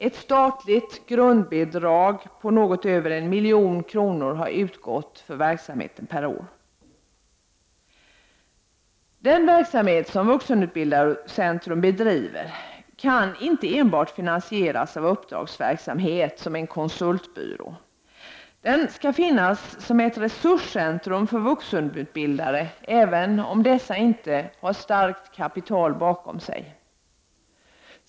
Ett statligt grundbidrag på något över en miljon per år har utgått för verksamheten Den verksamhet som vuxenutbildarcentrum bedriver kan inte enbart finansieras med uppdragsverksamhet, som en konsultbyrå. Det skall finnas som ett resurscentrum för vuxenutbildare, även om dessa inte har starkt kapital bakom sig.